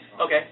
Okay